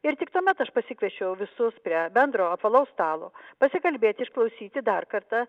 ir tik tuomet aš pasikviečiau visus prie bendro apvalaus stalo pasikalbėti išklausyti dar kartą